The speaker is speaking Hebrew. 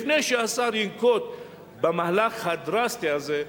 לפני שהשר ינקוט את המהלך הדרסטי הזה,